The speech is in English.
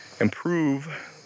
improve